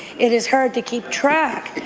it is hard to keep track.